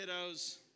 kiddos